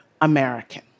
American